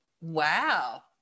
Wow